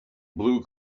blue